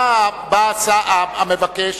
בא הצד המבקש,